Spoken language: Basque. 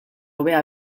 hobea